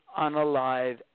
unalive